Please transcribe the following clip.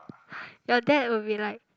your dad would be like